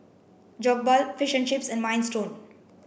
Jokbal Fish and Chips and Minestrone